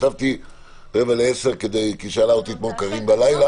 כתבתי 09:45 כי שאלה אותי קארין אתמול בלילה.